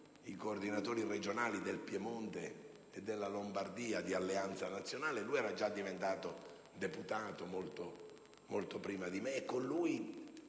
i coordinatori regionali del Piemonte e della Lombardia di Alleanza Nazionale. Ugo era già diventato deputato, molto prima di me, e con lui